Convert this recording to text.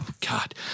God